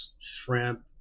shrimp